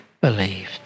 believed